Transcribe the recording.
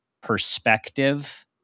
perspective